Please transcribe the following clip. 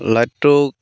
লাইটটোক